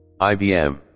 IBM